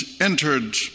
entered